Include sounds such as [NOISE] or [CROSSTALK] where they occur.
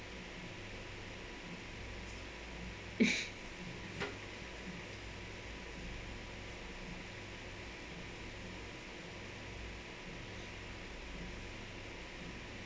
[BREATH]